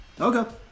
Okay